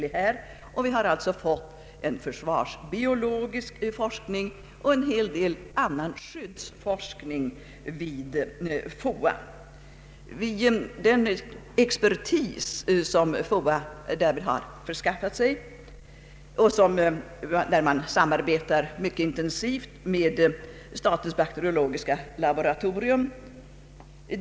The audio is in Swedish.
Vi har sedan organiserat en försvarsbiologisk forskning och en hel del annan skyddsforskning vid FOA. Det sker i ett mycket intensivt samarbete med statens bakteriologiska laboratorium.